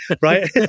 right